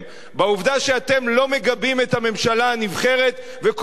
בעובדה שאתם לא מגבים את הממשלה הנבחרת וכל הזמן